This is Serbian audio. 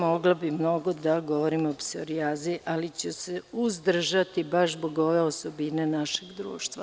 Mogla bih mnogo da govorim o psorijazi, ali ću se uzdržati zbog ove osobine našeg društva.